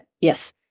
Yes